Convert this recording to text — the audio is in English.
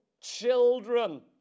children